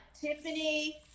Tiffany